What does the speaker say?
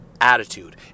attitude